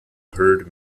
heard